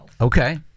Okay